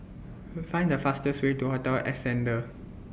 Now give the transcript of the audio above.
Find The fastest Way to Hotel Ascendere